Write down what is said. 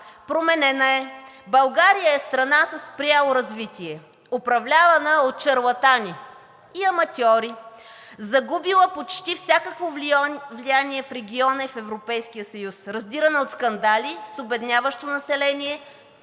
променена е. България е страна със спряло развитие, управлявана от шарлатани и аматьори, загубила почти всякакво влияние в региона и в Европейския съюз. Раздирана е от скандали, с обедняващо население,